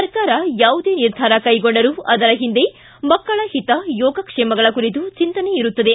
ಸರ್ಕಾರ ಯಾವುದೇ ನಿರ್ಧಾರ ಕೈಗೊಂಡರೂ ಅದರ ಹಿಂದೆ ಮಕ್ಕಳ ಹಿತ ಯೋಗಕ್ಷೇಮಗಳ ಕುರಿತು ಚಿಂತನೆ ಇರುತ್ತದೆ